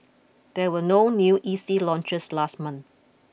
there were no new E C launches last month